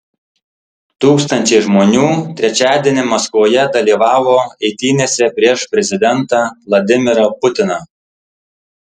tūkstančiai žmonių trečiadienį maskvoje dalyvavo eitynėse prieš prezidentą vladimirą putiną